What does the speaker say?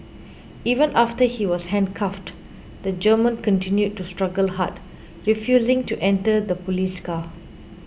even after he was handcuffed the German continued to struggle hard refusing to enter the police car